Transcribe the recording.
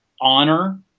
honor